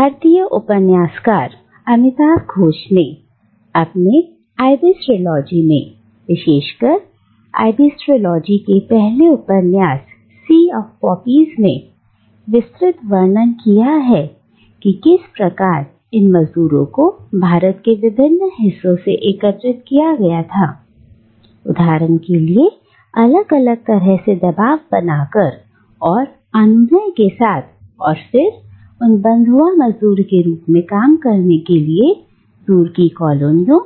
भारतीय उपन्यासकार अमिताव घोष ने अपने आइबिस ट्रिलॉजी में विशेषकर आइबिस ट्रिलॉजी के पहले उपन्यास सी आफ पॉपीज में उन्होंने विस्तृत वर्णन किया है कि किस प्रकार इन मजदूरों को भारत के विभिन्न हिस्सों से एकत्रित किया गया था उदाहरण के लिए अलग अलग तरह से दबाव बनाकर और अनुनय के साथ और फिर उन्हें बंधुआ मजदूरों के रूप में काम करने के लिए दूर की कॉलोनियों